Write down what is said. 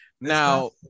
Now